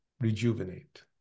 rejuvenate